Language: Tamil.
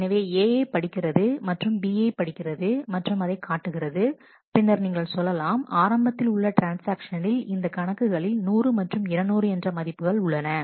எனவே A யை படிக்கிறது மற்றும் B யை படிக்கிறது மற்றும் அதை காட்டுகிறது பின்னர் நீங்கள் சொல்லலாம் ஆரம்பத்தில் உள்ள ட்ரான்ஸ் ஆக்ஷனில் இந்த கணக்குகளில் 100 மற்றும் 200 என்ற மதிப்புகள் உள்ளன